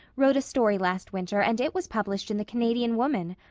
wrote a story last winter and it was published in the canadian woman.